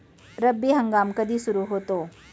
रब्बी हंगाम कधी सुरू होतो?